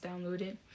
downloaded